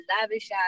lavish